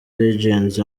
legends